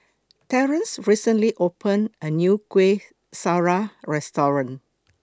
Terance recently opened A New Kuih Syara Restaurant